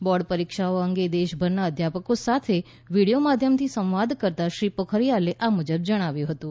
board પરીક્ષાઓ અંગે દેશભરના અધ્યાપકો સાથે વીડીથો માધ્યમથી સંવાદ કરતા શ્રી પોખરીયાલએ આ મુજબ જણાવ્યું હતું